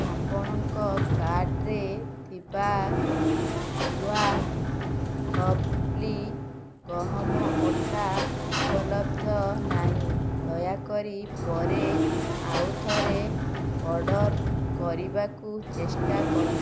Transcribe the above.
ଆପଣଙ୍କ କାର୍ଟ୍ରେ ଥିବା ଜୀୱା ଖପ୍ଲି ଗହମ ଅଟା ଉପଲବ୍ଧ ନାହିଁ ଦୟାକରି ପରେ ଆଉ ଥରେ ଅର୍ଡ଼ର୍ କରିବାକୁ ଚେଷ୍ଟା କରନ୍ତୁ